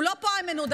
הוא לא פה, איימן עודה.